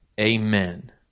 Amen